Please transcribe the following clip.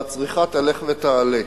והצריכה תלך ותעלה.